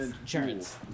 Insurance